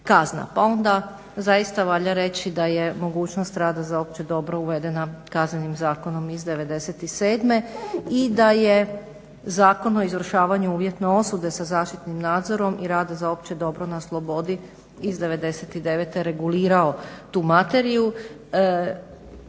Pa onda zaista valja reći da je mogućnost rada za opće dobro uvedena Kaznenim zakonom iz '97.i da je Zakon o izvršavanju uvjetne osude sa zaštitnim nadzorom i rada za opće dobro na slobodi iz '99.regulirao tu materiju.